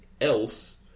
else